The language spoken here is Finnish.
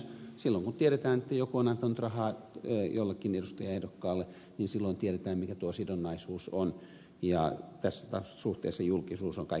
silloin kun tiedetään että joku on antanut rahaa jollekin edustajaehdokkaalle niin silloin tiedetään mikä tuo sidonnaisuus on ja tässä suhteessa julkisuus on kaikkein tärkein